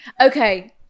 Okay